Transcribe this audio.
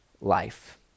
life